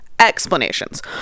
Explanations